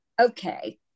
okay